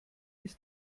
ist